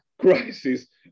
crisis